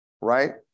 right